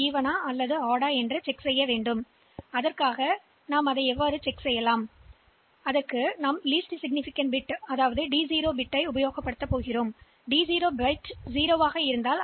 எனவே எண் சமமாக இருக்கிறதா என்று நாம் சரிபார்க்க வேண்டும் பின்னர் ஒரு பிட் D0 ஆக இருக்கும் மிகக் குறைந்த குறிப்பிடத்தக்க பிட் 0 ஆக இருக்கும் எண் சமமாக இருந்தால்